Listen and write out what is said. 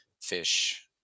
fish